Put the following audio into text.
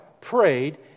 prayed